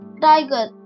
tiger